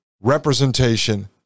representation